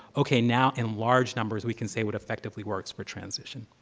okay, now, in large numbers, we can say what effectively works for transition.